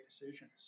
decisions